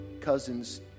cousin's